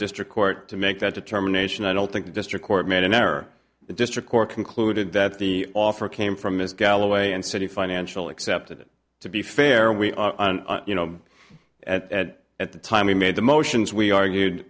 district court to make that determination i don't think the district court made an error the district court concluded that the offer came from ms galloway and city financial accepted it to be fair we are you know at at at the time we made the motions we argued